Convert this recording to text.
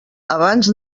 abans